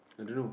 I don't know